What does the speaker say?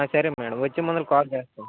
సరే మేడమ్ వచ్చే ముందు కాల్ చేస్తాను